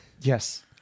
Yes